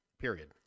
period